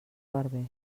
barber